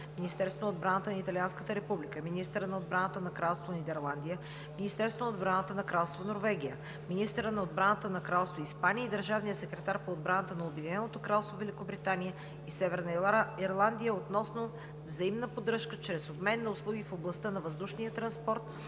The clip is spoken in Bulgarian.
Министерството на отбраната на Италианската република, министъра на отбраната на Кралство Нидерландия, Министерството на отбраната на Кралство Норвегия, министъра на отбраната на Кралство Испания и държавния секретар по отбрана на Обединеното кралство Великобритания и Северна Ирландия относно взаимна поддръжка чрез обмен на услуги в областта на въздушния транспорт